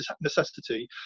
necessity